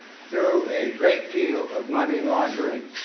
through a great deal of money laundering,